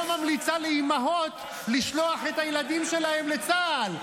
ממליצה לאימהות לשלוח את הילדים שלהן לצה"ל,